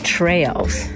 trails